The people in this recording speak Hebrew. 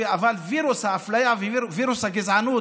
אבל וירוס האפליה ווירוס הגזענות,